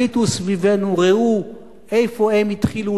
הביטו סביבנו, ראו איפה הם התחילו,